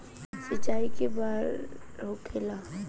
सिंचाई के बार होखेला?